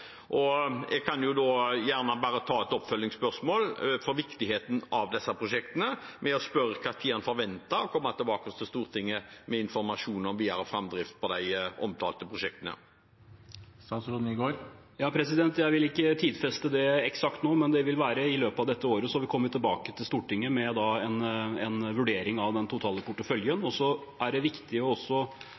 Jeg tar da gjerne et oppfølgingsspørsmål om viktigheten av disse prosjektene, med å spørre når han forventer å komme tilbake til Stortinget med informasjon om videre framdrift på de omtalte prosjektene. Jeg vil ikke tidfeste det eksakt nå, men det vil være i løpet av dette året. Da vil vi komme tilbake til Stortinget med en vurdering av den totale porteføljen. Det er også viktig å